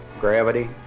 gravity